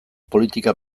politika